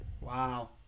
Wow